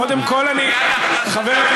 זה כמו ברדיו,